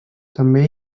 també